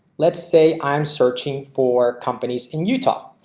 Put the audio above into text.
let's say i'm searching for companies in utah.